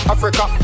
Africa